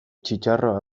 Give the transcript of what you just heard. txitxarro